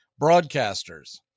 broadcasters